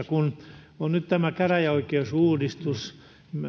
kun on nyt tämä käräjäoikeusuudistus